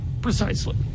precisely